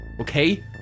Okay